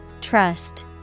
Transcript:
Trust